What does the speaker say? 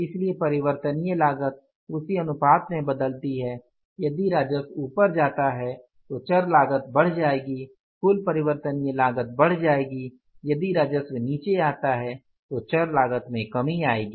इसलिए परिवर्तनीय लागत उसी अनुपात में बदलती है यदि राजस्व ऊपर जाता है तो चर लागत बढ़ जाएगी कुल परिवर्तनीय लागत बढ़ जाएगी यदि राजस्व नीचे आता है तो चर लागत में कमी आएगी